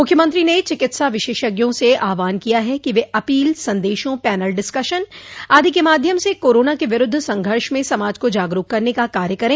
मुख्यमंत्री ने चिकित्सा विशेषज्ञों से आहवान किया है कि वे अपील संदेशों पैनल डिस्कसन आदि के माध्यम से कोरोना के विरूद्व संघर्ष में समाज को जागरूक करने का कार्य करे